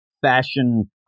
fashion